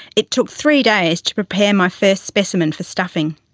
it took three days to prepare my first specimen for stuffing.